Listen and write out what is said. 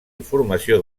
informació